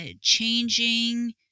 changing